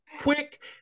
quick